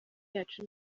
yacu